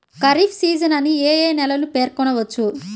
Kharif season అని ఏ ఏ నెలలను పేర్కొనవచ్చు?